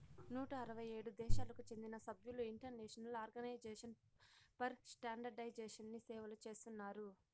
నూట అరవై ఏడు దేశాలకు చెందిన సభ్యులు ఇంటర్నేషనల్ ఆర్గనైజేషన్ ఫర్ స్టాండర్డయిజేషన్ని సేవలు చేస్తున్నారు